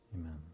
amen